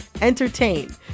entertain